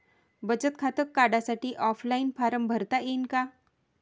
बचत खातं काढासाठी ऑफलाईन फारम भरता येईन का?